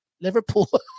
Liverpool